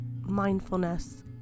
mindfulness